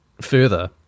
further